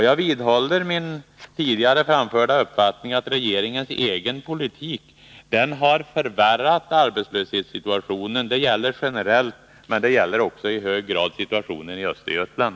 Jag vidhåller min tidigare framförda uppfattning, att regeringens egen politik har förvärrat arbetslöshetssituationen — det gäller generellt, men det gäller också i hög grad situationen i Östergötland.